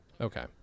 okay